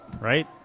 right